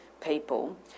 people